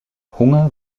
hunger